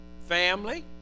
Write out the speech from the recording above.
Family